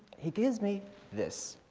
he gives me this.